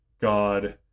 God